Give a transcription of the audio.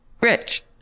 Rich